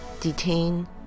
detain